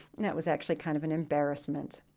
that was actually kind of an embarrassment.